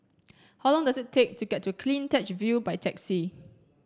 how long does it take to get to CleanTech View by taxi